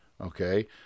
okay